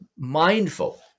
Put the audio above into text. mindful